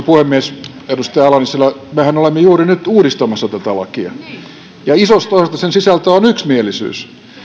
puhemies edustaja ala nissilä mehän olemme juuri nyt uudistamassa tätä lakia isosta osasta sen sisältöä on yksimielisyys